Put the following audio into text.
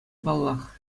паллах